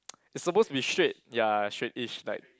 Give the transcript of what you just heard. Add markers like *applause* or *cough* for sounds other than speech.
*noise* it's supposed to be straight ya straight-ish like